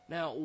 Now